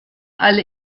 alle